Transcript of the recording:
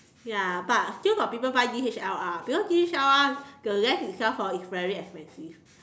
ya but still got people buy D_S_L_R because D_S_L_R the lens itself hor is very expensive